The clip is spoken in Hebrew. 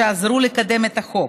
שעזרו לקדם את החוק.